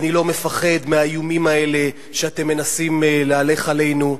אני לא מפחד מהאיומים האלה שאתם מנסים להלך עלינו,